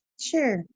Sure